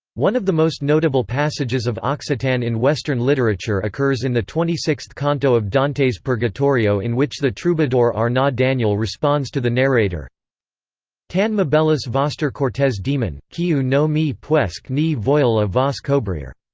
one of the most notable passages of occitan in western literature occurs in the twenty sixth canto of dante's purgatorio in which the troubadour arnaut daniel responds responds to the narrator tan m'abellis vostre cortes deman, qu'ieu no me puesc ni voill a vos cobrire.